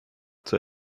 zur